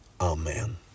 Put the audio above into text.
Amen